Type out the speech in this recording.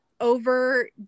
over